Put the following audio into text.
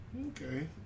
Okay